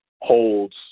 holds –